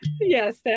Yes